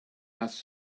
asked